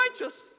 righteous